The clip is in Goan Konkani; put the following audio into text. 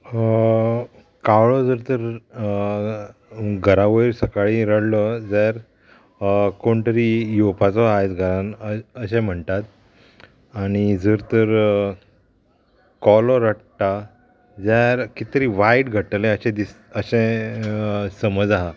कावळो जर तर घरा वयर सकाळी रडलो जाल्यार कोण तरी येवपाचो आयज घरान अशें म्हणटात आनी जर तर कोलो रडटा जाल्यार कितें तरी वायट घडटलें अशें दिस अशें समज आहा